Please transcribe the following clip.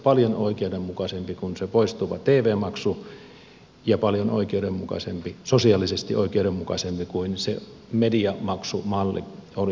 paljon oikeudenmukaisempi kuin se poistuva tv maksu ja paljon oikeudenmukaisempi sosiaalisesti oikeudenmukaisempi kuin se mediamaksumalli olisi ollut